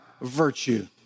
virtue